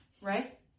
right